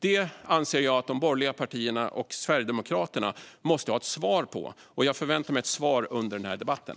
Det anser jag att de borgerliga partierna och Sverigedemokraterna måste svara på, och jag förväntar mig ett svar under debatten.